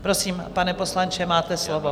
Prosím, pane poslanče, máte slovo.